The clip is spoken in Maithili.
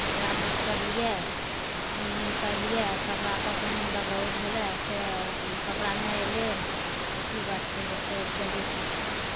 कपड़ा बुक करलियै ऑनलाइन करलियै कपड़ा पसन्द हमरा बहुत भेलय से कपड़ा नहि एलय की बात छै से जल्दी कहू